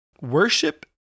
worship